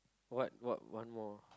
what what one more